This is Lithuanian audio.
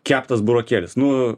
keptas burokėlis nu